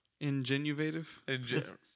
Ingenuative